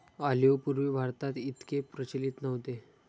olive पूर्वी भारतात इतके प्रचलित नव्हते